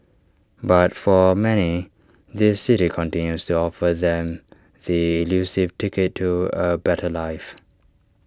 but for many this city continues to offer them the elusive ticket to A better life